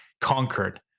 conquered